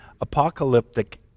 Apocalyptic